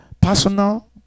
personal